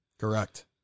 Correct